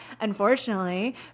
unfortunately